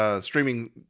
streaming